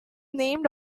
named